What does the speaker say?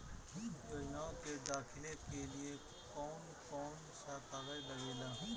योजनाओ के दाखिले के लिए कौउन कौउन सा कागज लगेला?